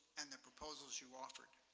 and the proposals you offered.